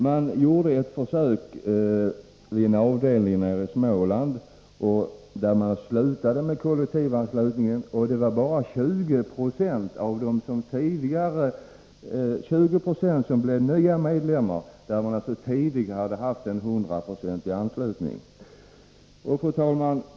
Man gjorde ett försök vid en avdelning nere i Småland, där man slutade med kollektivanslutningen. Det var bara 20 96 som blev nya medlemmar, medan man tidigare hade haft en hundraprocentig anslutning. Fru talman!